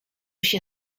się